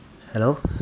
hello